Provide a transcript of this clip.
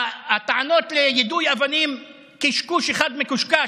הטענות ליידוי אבנים, קשקוש אחד מקושקש.